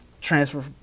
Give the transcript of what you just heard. transfer